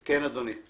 כן, אדוני.